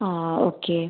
ആ ഓക്കെ